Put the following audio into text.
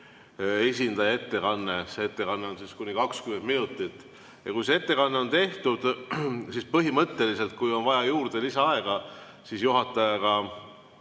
esindaja ettekanne. See ettekanne kestab kuni 20 minutit ja kui see ettekanne on tehtud, siis põhimõtteliselt, kui on vaja lisaaega, võib kokkuleppel